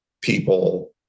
people